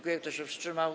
Kto się wstrzymał?